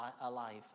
alive